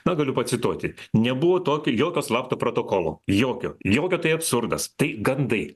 na galiu pacituoti nebuvo tokio jokio slapto protokolo jokio jokio tai absurdas tai gandai